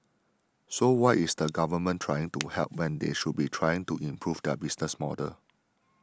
so why is the government trying to help when they should be trying to improve their business model